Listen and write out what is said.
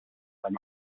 from